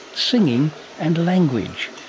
singing and language,